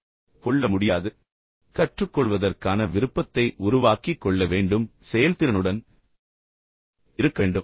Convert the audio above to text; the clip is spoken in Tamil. இந்த பாடத்திட்டத்திலிருந்து கற்றுக்கொள்வதற்கான விருப்பத்தை நீங்கள் உருவாக்கிக்கொள்ள வேண்டும் மற்றும் நீங்கள் செயல்திறனுடன் இருக்க வேண்டும்